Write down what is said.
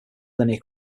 linear